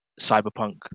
cyberpunk